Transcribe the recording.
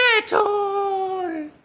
metal